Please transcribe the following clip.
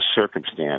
circumstance